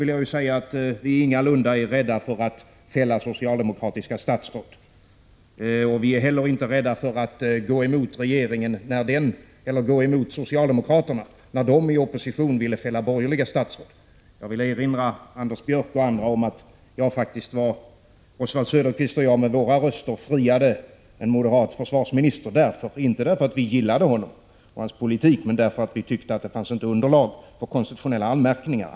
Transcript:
Vi är ingalunda rädda för att fälla socialdemokratiska statsråd. Vi var inte heller rädda för att gå emot socialdemokraterna när de i opposition ville fälla borgerliga statsråd. Jag vill erinra Anders Björck och andra om att det faktiskt var Oswald Söderqvist och jag som med våra röster friade en moderat försvarsminister — inte därför att vi gillade honom och hans politik utan därför att vi tyckte att det inte fanns underlag för konstitutionella anmärkningar.